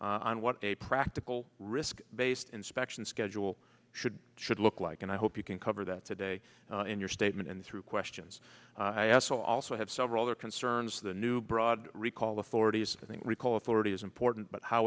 on what a practical risk based inspections schedule should should look like and i hope you can cover that today in your statement and through questions i also also have several other concerns the new broad recall authorities think recall authority is important but how